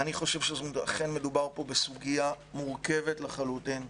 אני חושב שאכן מדובר פה בסוגיה מורכבת לחלוטין,